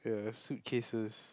ya suitcases